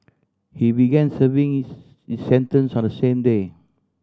he began serving his sentence on the same day